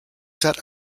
set